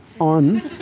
on